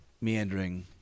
Meandering